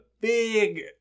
big